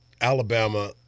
Alabama